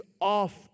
off